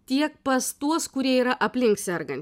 tiek pas tuos kurie yra aplink sergan